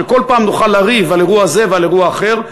כשכל פעם נוכל לריב על אירוע זה ועל אירוע אחר,